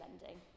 lending